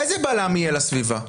איזה בלם יהיה לסביבה?